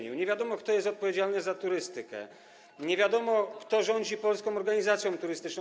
Nie wiadomo, kto jest odpowiedzialny za turystykę, nie wiadomo, kto rządzi Polską Organizacją Turystyczną.